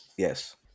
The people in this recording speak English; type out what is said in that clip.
Yes